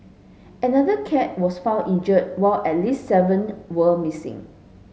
another cat was found injured while at least seven were missing